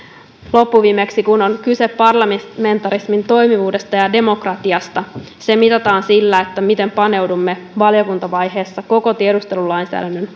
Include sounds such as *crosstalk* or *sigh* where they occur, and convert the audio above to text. loppuviimeksi kun on kyse parlamentarismin toimivuudesta ja demokratiasta se mitataan sillä miten paneudumme valiokuntavaiheessa koko tiedustelulainsäädännön *unintelligible*